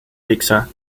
pizza